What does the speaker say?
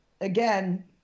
Again